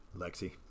Lexi